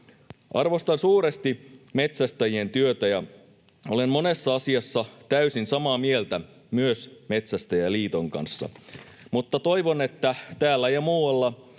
Arvostan suuresti metsästäjien työtä ja olen monessa asiassa täysin samaa mieltä myös Metsästäjäliiton kanssa, mutta toivon, että täällä ja muualla